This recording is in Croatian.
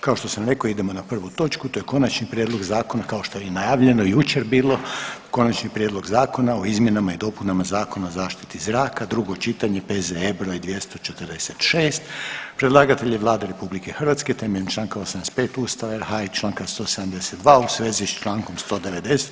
Kao što sam rekao, idemo na prvu točku, to je, konačni prijedlog zakona, kao što je i najavljeno jučer bilo: - Konačni prijedlog zakona o izmjenama i dopunama Zakona o zaštiti zraka, drugo čitanje, P.Z.E. br. 246; Predlagatelj je Vlada RH temeljem čl. 85 Ustava RH i čl. 172. u svezi s čl. 190.